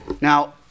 Now